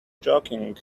joking